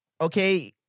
okay